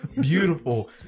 beautiful